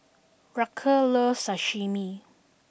Raquel loves Sashimi